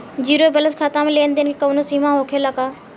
Zero balance खाता में लेन देन के कवनो सीमा होखे ला का?